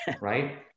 right